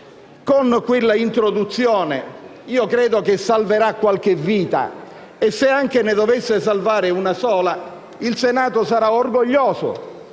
con questa introduzione: io credo che salverà qualche vita; e se anche ne dovesse salvare una sola, il Senato sarà orgoglioso